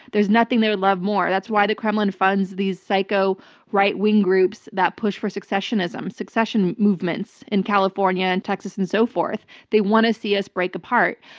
there's nothing they would love more. that's why the kremlin funds these psycho right-wing groups that push for secessionism, secession movements in california and texas and so forth. they want to see us break apart.